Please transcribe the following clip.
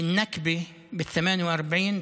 בנכבה ב-48'